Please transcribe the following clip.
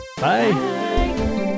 bye